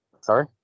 Sorry